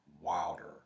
Wilder